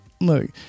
look